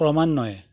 ক্রমান্বয়ে